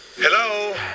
Hello